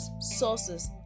sources